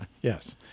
yes